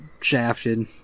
shafted